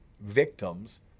victims